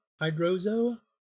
Hydrozoa